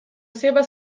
seva